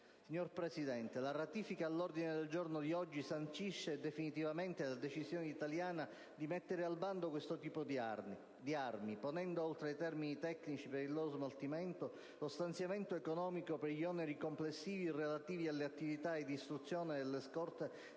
Signor Presidente, la ratifica all'ordine del giorno di oggi sancisce definitivamente la decisione italiana di mettere al bando questo tipo di armi, ponendo, oltre ai termini tecnici per il loro smaltimento, lo stanziamento economico per gli oneri complessivi relativi alle attività di distruzione delle scorte di munizioni